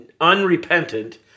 unrepentant